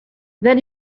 then